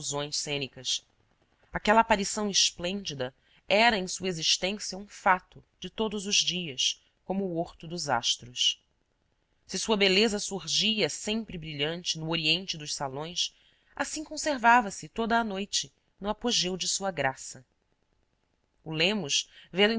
cênicas aquela aparição esplêndida era em sua existência um fato de todos os dias como o orto dos astros se sua beleza surgia sempre brilhante no oriente dos salões assim conservava-se toda a noite no apogeu de sua graça o lemos vendo